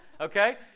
okay